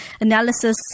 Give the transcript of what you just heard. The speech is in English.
analysis